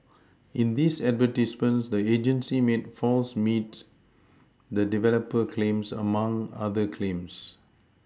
in these advertisements the agency made false meets the developer claims among other claims